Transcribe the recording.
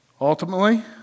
Ultimately